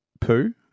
Poo